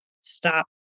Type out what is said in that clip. stop